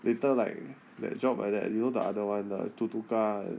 later like that job like that you know the other one lah the tuktukcha